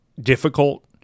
difficult